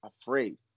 afraid